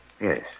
Yes